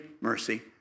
mercy